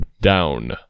Down